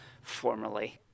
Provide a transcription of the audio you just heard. formerly